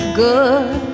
good